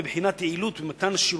מבחינת יעילות במתן השירותים,